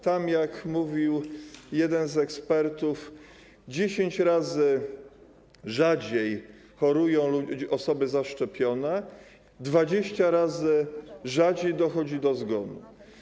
Tam, jak mówił jeden z ekspertów, 10 razy rzadziej chorują osoby zaszczepione, 20 razy rzadziej dochodzi do zgonów.